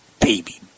baby